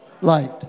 light